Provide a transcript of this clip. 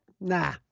Nah